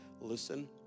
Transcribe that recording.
listen